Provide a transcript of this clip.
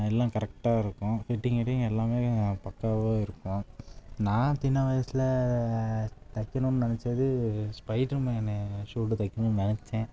எல்லாம் கரெக்டாக இருக்கும் ஃபிட்டிங் கிட்டிங் எல்லாமே பக்காவாக இருக்கும் நான் சின்ன வயசில் தைக்கணுன்னு நினச்சது ஸ்பைட்ரு மேனு ஷூட்டு தைக்கணுன்னு நினச்சேன்